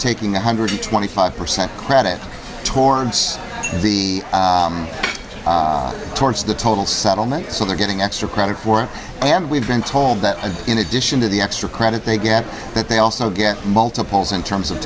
taking one hundred twenty five percent credit towards the towards the total settlement so they're getting extra credit for it and we've been told that in addition to the extra credit they get that they also get multiples in terms of